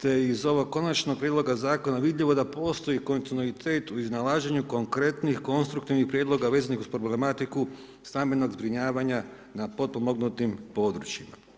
te iz ovog Konačnog prijedloga Zakona, vidljivo da postoji kontinuitet u iznalaženju konkretnih konstruktivnih prijedloga vezanih uz problematiku stambenog zbrinjavanja na potpomognutim područjima.